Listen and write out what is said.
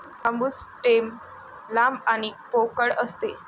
बांबू stem लांब आणि पोकळ असते